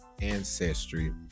ancestry